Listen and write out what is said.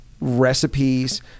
recipes